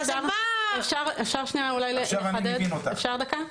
עכשיו אני מבין אותך.